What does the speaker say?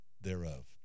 thereof